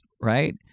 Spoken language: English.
right